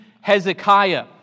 Hezekiah